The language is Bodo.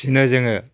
बिसोरनो जोङो